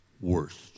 worst